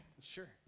Sure